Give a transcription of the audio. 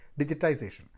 digitization